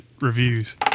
reviews